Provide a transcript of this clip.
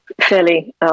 fairly